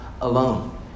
alone